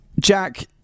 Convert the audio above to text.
Jack